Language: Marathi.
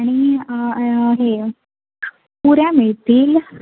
आणि हे पुऱ्या मिळतील